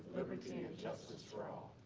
liberty and justice for all.